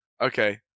Okay